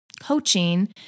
coaching